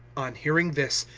on hearing this,